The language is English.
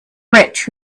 rich